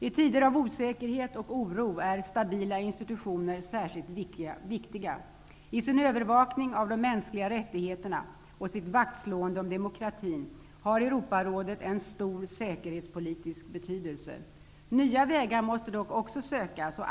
I tider av osäkerhet och oro är stabila institutioner särskilt viktiga. I sin övervakning av de mänskliga rättigheterna och i sitt vaktslående om demokratin har Europarådet en stor säkerhetspolitisk betydelse. Nya vägar måste dock också sökas.